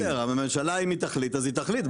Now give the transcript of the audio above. בסדר, אבל אם הממשלה תחליט אז היא תחליט.